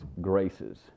graces